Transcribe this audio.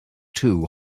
too